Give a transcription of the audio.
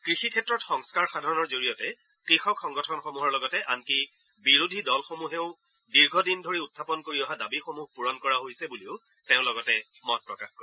কৃষি ক্ষেত্ৰত সংস্কাৰ সাধনৰ জৰিয়তে কৃষক সংগঠনসমূহৰ লগতে আনকি বিৰোধী দলসমূহেও দীৰ্ঘ দিন ধৰি উখাপন কৰি অহা দাবীসমূহ পূৰণ কৰা হৈছে বুলিও তেওঁ লগতে মত প্ৰকাশ কৰে